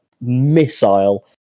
missile